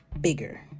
bigger